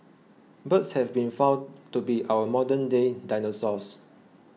birds have been found to be our modern day dinosaurs